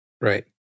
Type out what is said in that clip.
Right